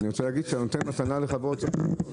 אני רוצה לומר שהנותן מתנה לחברו צריך להודיעו.